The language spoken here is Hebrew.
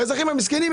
האזרחים המסכנים,